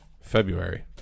February